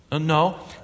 No